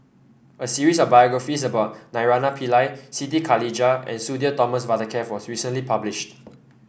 a series of biographies about Naraina Pillai Siti Khalijah and Sudhir Thomas Vadaketh was recently published